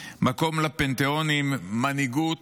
מקום לפנתיאונים, מנהיגות.